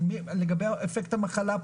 לגבי אפקט המחלה.